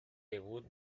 debut